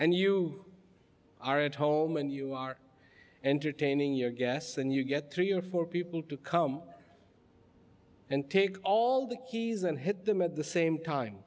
and you are at home and you are entertaining your guests and you get three or four people to come and take all the keys and hit them at the same time